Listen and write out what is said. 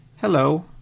Hello